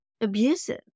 abusive